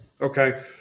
okay